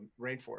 rainforest